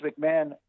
McMahon